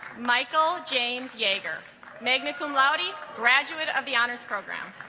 michael james yeager magna cum laude graduate of the honors program